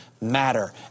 matter